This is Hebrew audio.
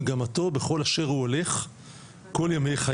מגמתו בכל אשר הוא הולך כל ימי חייו".